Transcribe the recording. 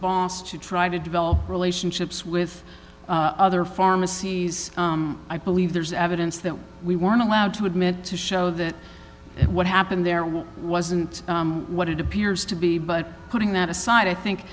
boss to try to develop relationships with other pharmacies i believe there's evidence that we weren't allowed to admit to show that what happened there was wasn't what it appears to be but putting that aside i think